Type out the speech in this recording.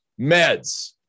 MEDS